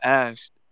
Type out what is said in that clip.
asked